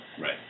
Right